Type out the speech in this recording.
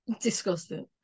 disgusting